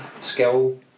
skill